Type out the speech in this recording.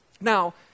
Now